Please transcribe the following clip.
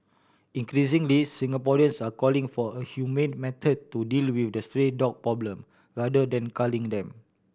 increasingly Singaporeans are calling for a humane method to deal with the stray dog problem rather than culling them